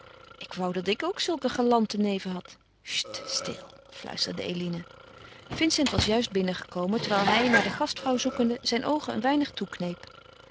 ik wou dat ik ook zulke galante neven had cht stil fluisterde eline vincent was juist binnengekomen terwijl hij naar de gastvrouw zoekende zijn oogen een weinig toekneep